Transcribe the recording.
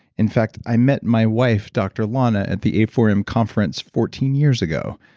in fact, i met my wife, dr. lana, at the a four m conference fourteen years ago.